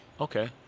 Okay